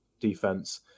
defense